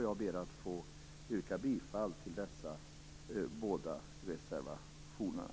Jag yrkar bifall till de här båda reservationerna.